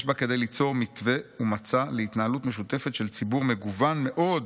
יש בה כדי ליצור מתווה ומצע להתנהלות משותפת של ציבור מגוון מאוד,